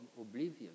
oblivion